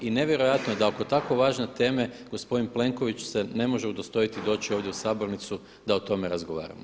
I nevjerojatno da oko tako važne teme gospodin Plenković se ne može udostojiti doći ovdje u sabornicu da o tome razgovaramo.